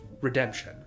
redemption